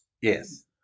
Yes